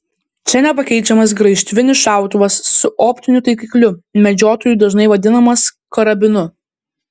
čia nepakeičiamas graižtvinis šautuvas su optiniu taikikliu medžiotojų dažnai vadinamas karabinu